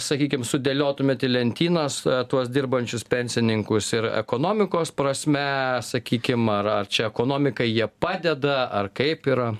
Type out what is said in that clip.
sakykim sudėliotumėt į lentynas tuos dirbančius pensininkus ir ekonomikos prasme sakykim ar ar čia ekonomikai jie padeda ar kaip yra